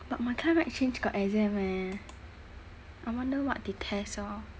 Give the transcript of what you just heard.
but my climate change got exam eh I wonder what they test orh